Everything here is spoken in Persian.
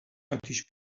اتیش